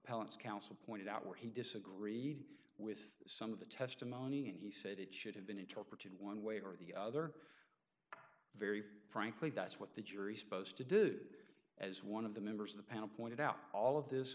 appellant's counsel pointed out where he disagreed with some of the testimony and he said it should have been interpreted one way or the other very frankly that's what the jury supposed to do as one of the members of the panel pointed out all of this